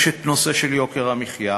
יש נושא יוקר המחיה,